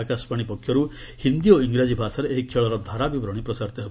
ଆକାଶବାଣୀ ପକ୍ଷରୁ ହିନ୍ଦୀ ଓ ଇଂରାଜୀ ଭାଷାରେ ଏହି ଖେଳର ଧାରାବିବରଣୀ ପ୍ରସାରିତ ହେବ